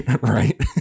right